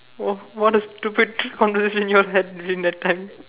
oh what a stupid conversation your had during that time